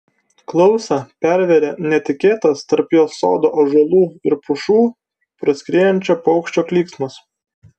klausą pervėrė netikėtas tarp jos sodo ąžuolų ir pušų praskriejančio paukščio klyksmas